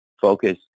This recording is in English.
focus